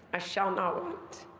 i shall not